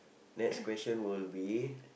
next question will be